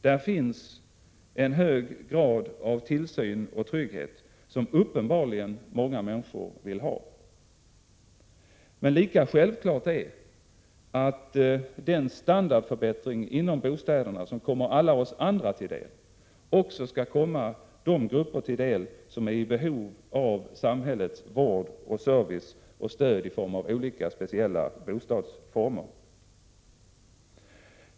Där finns tillsyn och trygghet i en omfattning som många människor uppenbarligen vill ha. Lika självklart är att den standardförbättring när det gäller bostäderna som kommer alla oss andra till del också skall komma de grupper till del som är i behov av samhällets vård, stöd och service i form av speciella bostadsformer.